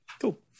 Cool